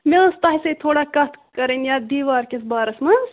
مےٚ ٲس تۄہہِ سۭتۍ تھوڑا کَتھ کَرٕنۍ یَتھ دیٖوار کِس بارَس منٛز